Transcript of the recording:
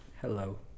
hello